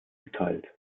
geteilt